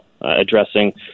addressing